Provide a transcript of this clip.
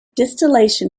distillation